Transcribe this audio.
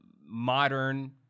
modern